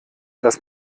das